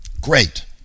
great